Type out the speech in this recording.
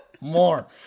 More